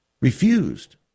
Refused